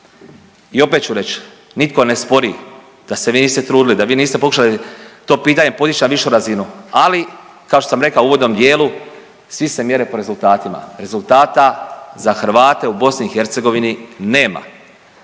I opet ću reći, nitko ne spori da se vi niste trudili, da vi niste pokušali to pitanje podići na višu razinu, ali kao što sam rekao u uvodnom dijelu svi se mjere po rezultatima. Rezultata za Hrvate u BiH nema.